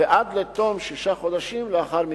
ועד לתום שישה חודשים לאחר מכן.